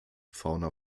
fauna